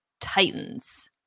Titans